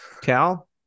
Cal